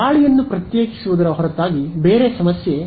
ಗಾಳಿಯನ್ನು ಪ್ರತ್ಯೇಕಿಸುವುದರ ಜೊತೆ ಇದು ಇನ್ನೊಂದು ಸಮಸ್ಯೆ